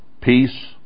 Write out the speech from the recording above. peace